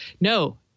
No